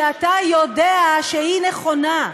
שאתה יודע שהיא נכונה.